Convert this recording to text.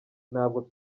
ntabwo